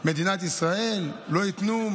במדינת ישראל לא ייתנו?